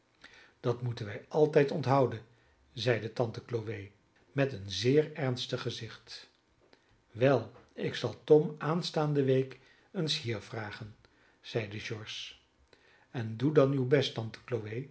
dat moeten wij altijd onthouden zeide tante chloe met een zeer ernstig gezicht wel ik zal tom aanstaande week eens hier vragen zeide george en doe dan uw best